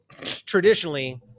traditionally